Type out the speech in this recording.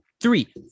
Three